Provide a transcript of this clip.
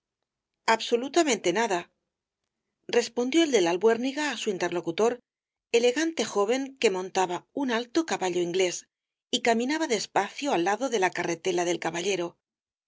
absolutamente nada respondió el de la albuérniga á su interlocutor elegante joven que montaba un alto caballo inglés y caminaba despacio al lado de la carretela del caballero